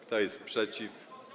Kto jest przeciw?